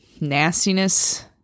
nastiness